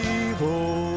evil